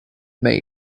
may